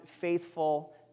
faithful